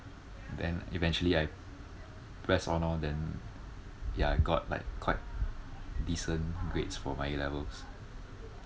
then eventually I pressed on lor then ya got like quite decent grades for my A levels